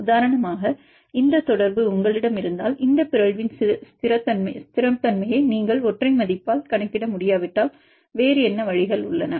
உதாரணமாக இந்த தொடர்பு உங்களிடம் இருந்தால் இந்த பிறழ்வின் ஸ்திரத்தன்மையை நீங்கள் ஒற்றை மதிப்பால் கணக்கிட முடியாவிட்டால் வேறு என்ன வழிகள் உள்ளன